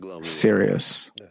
Serious